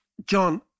John